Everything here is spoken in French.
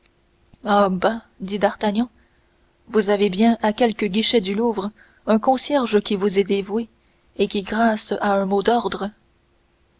dit d'artagnan vous avez bien à quelque guichet du louvre un concierge qui vous est dévoué et qui grâce à un mot d'ordre